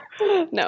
No